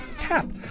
tap